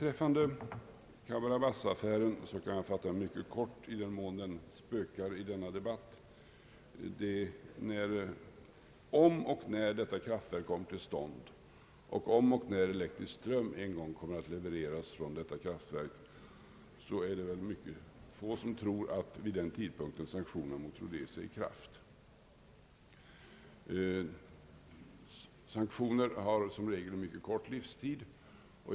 Beträffande Cabora <Bassa-affären skall jag fatta mig mycket kort i den mån den spökar i denna debatt. Om och när detta kraftverk kommer till stånd och om och när elektrisk ström en gång kommer att levereras från detta kraftverk, är det väl föga troligt att sanktionerna mot Rhodesia vid den tidpunkten är i kraft. Sanktioner har som regel en mycket kort livstid.